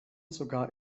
sogar